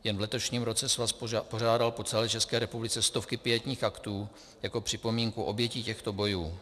Jen v letošním roce svaz pořádal po celé České republice stovky pietních aktů jako připomínku obětí těchto bojů.